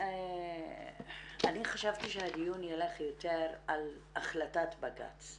אני חשבתי שהדיון ילך יותר על החלטת בג"ץ.